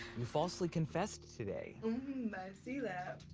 you falsely confessed today. mm-hmm. i see that.